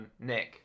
Nick